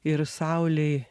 ir saulei